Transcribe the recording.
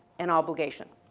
and obligation.